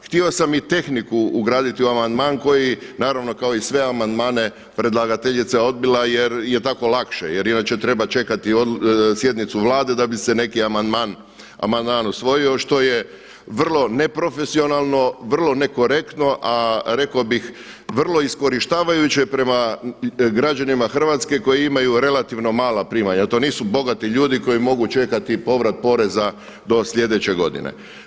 Htio sam i tehniku ugraditi u amandman koji naravno kao i sve amandmane predlagateljica odbila jer je tako lakše, jer inače treba čekati sjednicu Vlade da bi se neki amandman usvojio što je vrlo neprofesionalno, vrlo nekorektno a rekao bih vrlo iskorištavajuće prema građanima Hrvatske koji imaju relativno mala primanja jer to nisu bogati ljudi koji mogu čekati povrat poreza do sljedeće godine.